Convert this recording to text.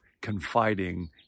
confiding